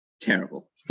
terrible